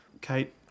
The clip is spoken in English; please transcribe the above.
Kate